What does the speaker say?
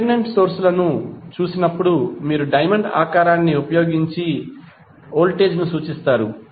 మీరు dependent source లను చూసినప్పుడు మీరు డైమండ్ ఆకారాన్ని ఉపయోగించి వోల్టేజ్ ను సూచిస్తారు